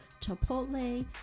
chipotle